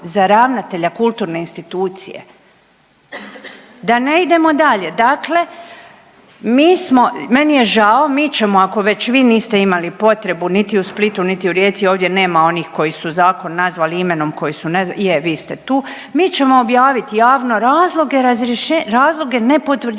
za ravnatelja kulturne institucije. Da ne idemo dalje, dakle mi smo meni je žao, mi ćemo, ako već vi niste imali potrebu niti u Splitu niti u Rijeci, ovdje nema onih koji su Zakon nazvali imenom koji su .../nerazumljivo/... je, vi ste tu, mi ćemo objaviti javno razloge